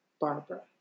Barbara